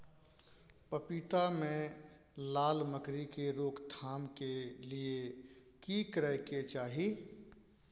पपीता मे लाल मकरी के रोक थाम के लिये की करै के चाही?